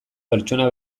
pertsona